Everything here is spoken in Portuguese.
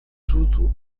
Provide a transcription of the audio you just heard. tudo